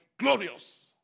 Glorious